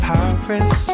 Paris